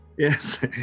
Yes